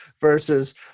versus